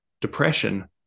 depression